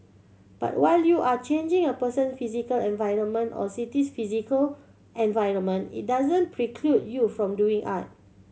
but while you are changing a person physical environment or city's physical environment it doesn't preclude you from doing art